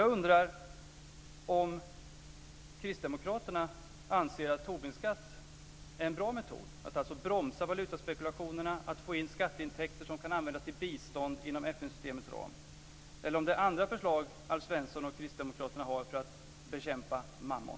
Jag undrar om Kristdemokraterna anser att Tobinskatten är en bra metod - att alltså bromsa valutaspekulationerna och att få in skatteintäkter som kan användas till bistånd inom FN-systemets ram - eller om Alf Svensson och Kristdemokraterna har andra förslag för att bekämpa mammon.